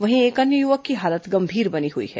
वहीं एक अन्य युवक की हालत गंभीर बनी हई है